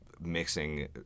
mixing